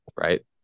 right